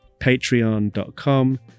patreon.com